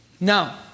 Now